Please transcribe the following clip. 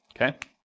Okay